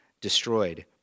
destroyed